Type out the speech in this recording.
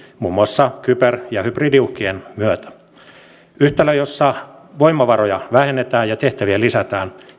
muun muassa kyber ja hybridiuhkien myötä yhtälö jossa voimavaroja vähennetään ja tehtäviä lisätään